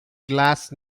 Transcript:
glass